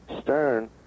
Stern